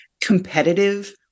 competitive